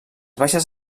baixes